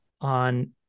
on